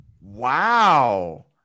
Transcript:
Wow